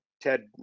Ted